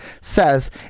says